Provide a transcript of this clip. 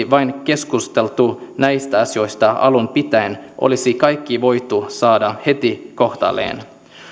vain olisi keskusteltu näistä asioista alun pitäen olisi kaikki voitu saada heti kohdalleen